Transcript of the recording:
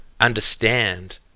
understand